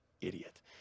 Idiot